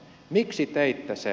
miksi teitte sen